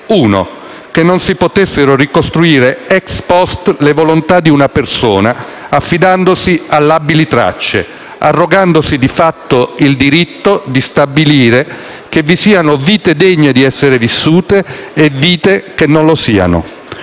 che non si potessero ricostruire *ex post* le volontà di una persona affidandosi a labili tracce, arrogandosi di fatto il diritto di stabilire che vi siano vite degne di essere vissute e vite che non lo siano;